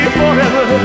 forever